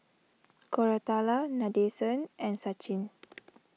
Koratala Nadesan and Sachin